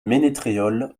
ménétréol